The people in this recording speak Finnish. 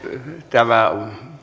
tämä